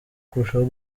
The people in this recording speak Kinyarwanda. kurushaho